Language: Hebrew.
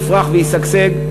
יפרח וישגשג.